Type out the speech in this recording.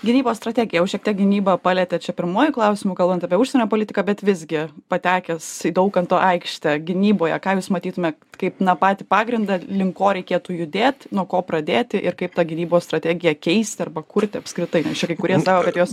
gynybos strategija jau šiek tiek gynybą palietėt čia pirmuoju klausimu kalbant apie užsienio politiką bet visgi patekęs į daukanto aikštę gynyboje ką jūs matytumėt kaip na patį pagrindą link ko reikėtų judėt nuo ko pradėti ir kaip tą gynybos strategiją keisti arba kurti apskritai nes čia kai kurie sako kad juos